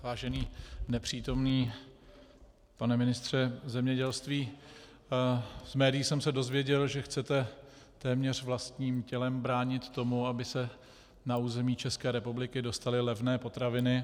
Vážený nepřítomný pane ministře zemědělství, z médií jsem se dozvěděl, že chcete téměř vlastním tělem bránit tomu, aby se na území České republiky dostaly levné potraviny.